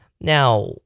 Now